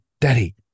daddy